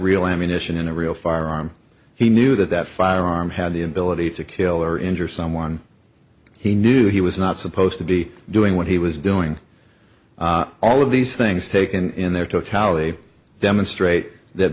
real ammunition in the real firearm he knew that that firearm had the ability to kill or injure someone he knew he was not supposed to be doing what he was doing all of these things taken in their totality demonstrate that